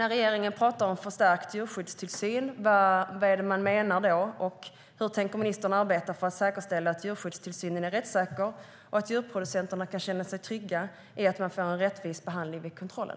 Regeringen talar om förstärkt djurskyddstillsyn. Vad är det man menar då? Och hur tänker ministern arbeta för att säkerställa att djurskyddstillsynen är rättssäker och att djurproducenterna kan känna sig trygga när det gäller att få en rättvis behandling vid kontrollen?